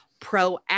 Proactive